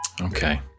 Okay